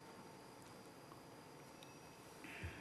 סעיפים